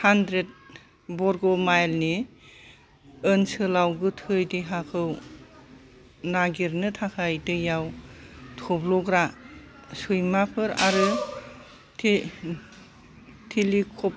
hundred बर्ग माइलनि ओनसोलाव गोथै देहाखौ नागिरनो थाखाय दैयाव थब्लग्रा सैमाफोर आरो थे थेलिकभ